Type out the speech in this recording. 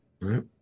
Right